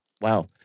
Wow